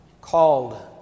called